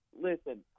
Listen